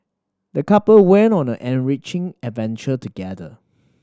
the couple went on an enriching adventure together